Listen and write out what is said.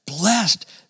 blessed